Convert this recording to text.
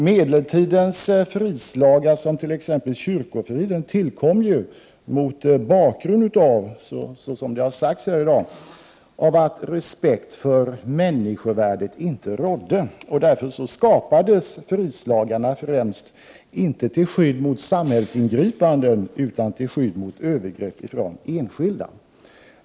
Medeltidens fridslagar, t.ex. lagen om kyrkofrid, tillkom ju, såsom har sagts här i dag, mot bakgrund av att respekt för människovärdet inte rådde. Därför skapades fridslagarna, inte till skydd mot samhällets ingripanden utan främst till skydd mot övergrepp från enskilda.